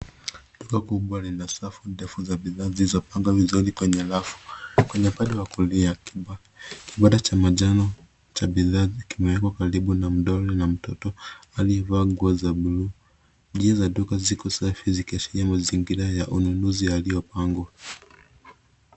Duka kubwa lina safu ndefu za bidhaa zilizopangwa vizuri kwenye rafu. Kwenye upande wa kulia, kibanda cha manjano cha bidhaa kimeekwa karibu na mdoli na mtoto aliyevaa nguo za blue . Njia za duka ziko safi, zikiashiria mazingira ya ununuzi yaliyopangwa.